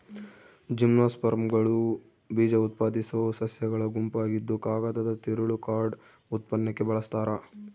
ಜಿಮ್ನೋಸ್ಪರ್ಮ್ಗಳು ಬೀಜಉತ್ಪಾದಿಸೋ ಸಸ್ಯಗಳ ಗುಂಪಾಗಿದ್ದುಕಾಗದದ ತಿರುಳು ಕಾರ್ಡ್ ಉತ್ಪನ್ನಕ್ಕೆ ಬಳಸ್ತಾರ